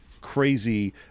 crazy